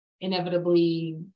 inevitably